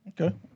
okay